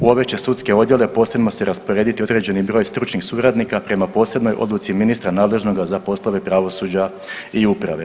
U ove će sudske odjele posebno se rasporediti određeni broj stručnih suradnika prema posebnoj odluci ministra nadležnoga za poslove pravosuđa i uprave.